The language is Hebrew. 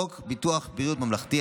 חוק ביטוח בריאות ממלכתי,